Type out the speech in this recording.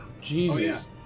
Jesus